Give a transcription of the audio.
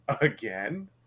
again